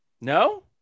No